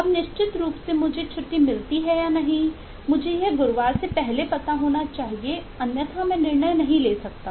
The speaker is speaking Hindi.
अब निश्चित रूप से मुझे छुट्टी मिलती है या नहीं मुझे यह गुरुवार से पहले पता होना चाहिए अन्यथा मैं निर्णय नहीं ले सकता